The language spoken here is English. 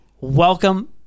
Welcome